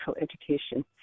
Education